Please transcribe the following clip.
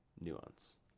nuance